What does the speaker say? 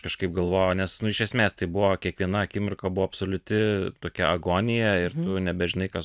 kažkaip galvojau nes nu iš esmės tai buvo kiekviena akimirka buvo absoliuti tokia agonija ir nebežinai ką